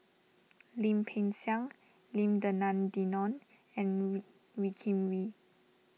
Lim Peng Siang Lim Denan Denon and Wee Kim Wee